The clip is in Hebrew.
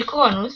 אל קרונוס